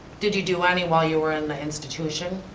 did you do any while you were in the institution?